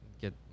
get